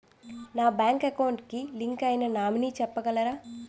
నా bank account కి link అయినా నామినీ చెప్పగలరా?